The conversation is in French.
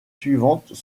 suivantes